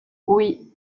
oui